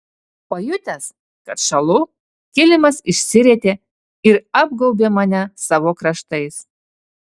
pajutęs kad šąlu kilimas išsirietė ir apgaubė mane savo kraštais